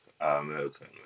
American